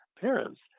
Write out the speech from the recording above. parents